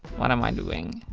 what am i doing?